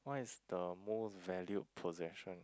what is the most valued possession